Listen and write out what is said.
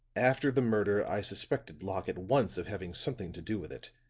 after the murder i suspected locke at once of having something to do with it.